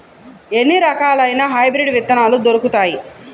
ఎన్ని రకాలయిన హైబ్రిడ్ విత్తనాలు దొరుకుతాయి?